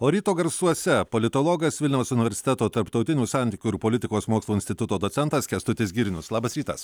o ryto garsuose politologas vilniaus universiteto tarptautinių santykių ir politikos mokslų instituto docentas kęstutis girnius labas rytas